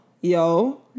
Yo